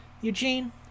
Eugene